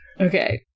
Okay